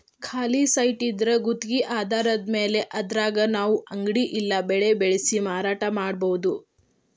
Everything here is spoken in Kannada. ಖಾಲಿ ಸೈಟಿದ್ರಾ ಗುತ್ಗಿ ಆಧಾರದ್ಮ್ಯಾಲೆ ಅದ್ರಾಗ್ ನಾವು ಅಂಗಡಿ ಇಲ್ಲಾ ಬೆಳೆ ಬೆಳ್ಸಿ ಮಾರಾಟಾ ಮಾಡ್ಬೊದು